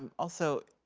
also,